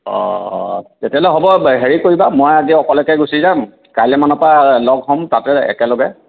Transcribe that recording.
হ'ব তেতিয়াহ'লে হেৰি কৰিবা মই আজি অকলেই গুচি যাম কালৰমানপৰা লগ হ'ম তাতে একেলগে